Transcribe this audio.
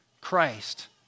Christ